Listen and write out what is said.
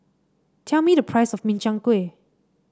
tell me the price of Min Chiang Kueh